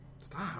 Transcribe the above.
Stop